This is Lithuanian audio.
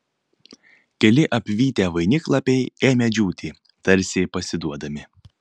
keli apvytę vainiklapiai ėmė džiūti tarsi pasiduodami